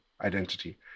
identity